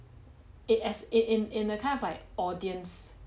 it as it in in a kind of like audience